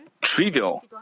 trivial